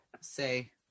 Say